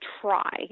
try